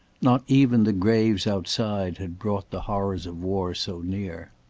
not even the graves outside had brought the horrors of war so near.